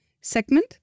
segment